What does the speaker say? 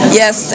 yes